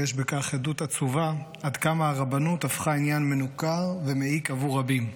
ויש בכך עדות עצובה עד כמה הרבנות הפכה לעניין מנוכר ומעיק בעבור רבים.